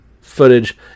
footage